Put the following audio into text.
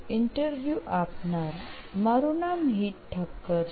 interview આપનારમારું નામ હીત ઠક્કર છે